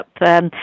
up